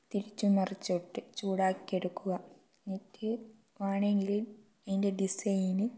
തിരിച്ചും മറിച്ചും ഇട്ട് ചൂടാക്കി എടുക്കുക എന്നിട്ട് വേണമെങ്കിൽ അതിന്റെ ഡിസൈൻ